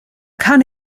kann